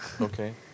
Okay